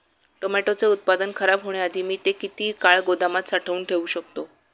टोमॅटोचे उत्पादन खराब होण्याआधी मी ते किती काळ गोदामात साठवून ठेऊ शकतो?